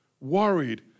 worried